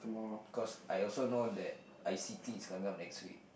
cause I also know that I_C_T is coming up next week